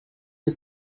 you